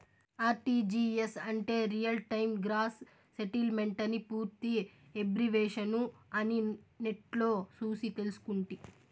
RTGS అంటే real time gross సెటిల్మెంటని పూర్తి ఎబ్రివేషను అని నెట్లో సూసి తెల్సుకుంటి